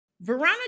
Veronica